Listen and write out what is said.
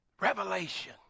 Revelation